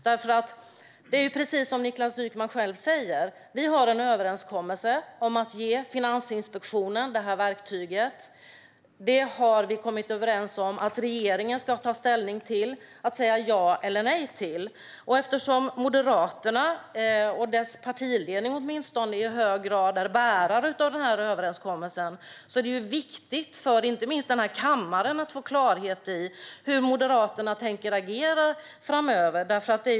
Det är ju precis som Niklas Wykman själv säger: Vi har en överenskommelse om att ge Finansinspektionen detta verktyg. Vi har kommit överens om att regeringen ska ta ställning till detta och säga ja eller nej. Eftersom Moderaterna och åtminstone dess partiledning i hög grad är bärare av denna överenskommelse är det viktigt inte minst för denna kammare att få klarhet i hur Moderaterna tänker agera framöver.